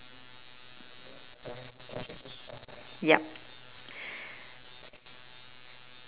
yup